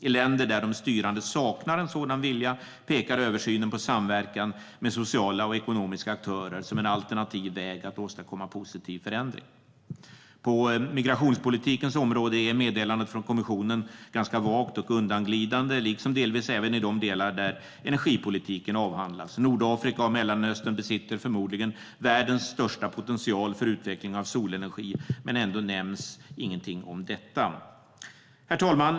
I länder där de styrande saknar en sådan vilja pekar översynen på samverkan med sociala och ekonomiska aktörer som en alternativ väg att åstadkomma positiv förändring. På migrationspolitikens område är meddelandet från kommissionen ganska vagt och undanglidande, liksom delvis även i de delar där energipolitiken avhandlas. Nordafrika och Mellanöstern besitter förmodligen världens största potential för utveckling av solenergi, men ändå nämns ingenting om detta. Herr talman!